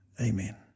Amen